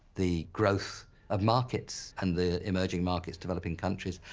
the growth of markets and the emerging markets developing countries,